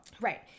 Right